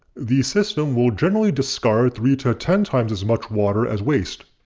the system will generally discard three to ten times as much water as waste.